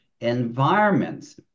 environments